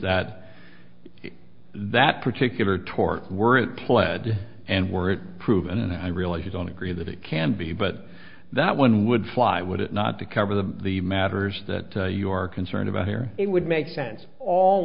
that that particular tort weren't pled and were proven and i realize you don't agree that it can be but that one would fly would it not to cover the the matters that you are concerned about here it would make sense all